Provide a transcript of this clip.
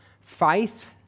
faith